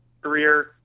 career